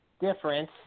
difference